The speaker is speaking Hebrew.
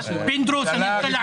שלח מכתב.